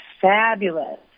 fabulous